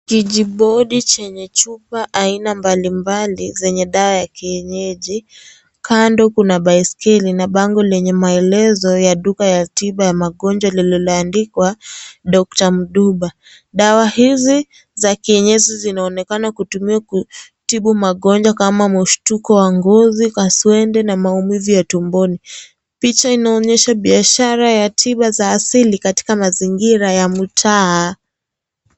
Kijibodi chenye chupa aina mbalimbali zenye dawa ya kienyeji. Kando kuna baiskeli na bango lenye maelezo ya duka ya tiba ya magonjwa lililoandikwa, Doctor Mduba. Dawa hizi za kienyeji zinaonekana kutumiwa kutibu magonjwa kama mshtuko wa ngozi, kaswende na maumivu ya tumboni. Picha inaonyesha biashara ya tiba za asili katika mazingira ya mtaa.